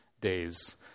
days